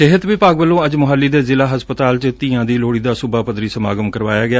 ਸਿਹਤ ਵਿਭਾਗ ਵੱਲੋਂ ਅੱਜ ਮੋਹਾਲੀ ਦੇ ਜ਼ਿਲਾ ਹਸਪਤਾਲ ਚ ਧੀਆਂ ਦੀ ਲੋਹੜੀ ਦਾ ਸੁਬਾ ਪੱਧਰੀ ਸਮਾਗਮ ਕਰਵਾਇਆ ਗਿਆ